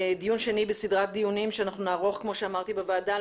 דיון שני בסדרת דיונים שאנחנו נערוך כמו שאמרתי בוועדה,